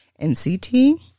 NCT